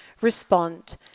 Respond